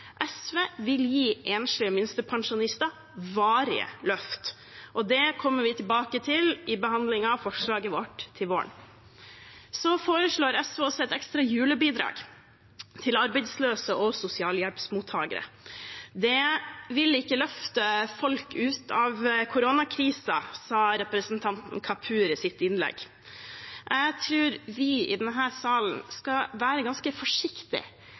SV vil gi enslige minstepensjonister varige løft. Det kommer vi tilbake til i behandlingen av forslaget vårt til våren. Så foreslår SV også et ekstra julebidrag til arbeidsløse og sosialhjelpsmottakere. Det «vil ikke hjelpe folk ut av koronakrisen», sa representanten Kapur i sitt innlegg. Jeg tror vi i denne salen skal være ganske